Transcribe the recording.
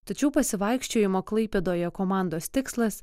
tačiau pasivaikščiojimo klaipėdoje komandos tikslas